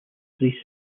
three